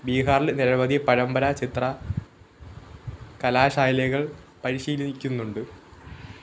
ബിഹാറിൽ നിരവധി പരമ്പരാഗ്ത ചിത്രകലാ ശൈലികള് പരിശീലിക്കുന്നുണ്ട്